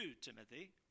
Timothy